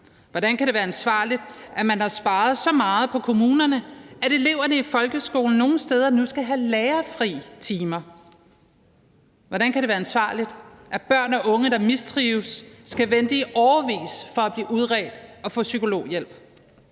Hvordan kan det være ansvarligt, at man har sparet så meget på kommunerne, at eleverne i folkeskolen nogle steder nu skal have lærerfri timer? Hvordan kan det være ansvarligt, at børn og unge, der mistrives, skal vente i årevis på at blive udredt og få psykologhjælp?